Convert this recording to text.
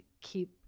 keep